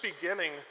beginning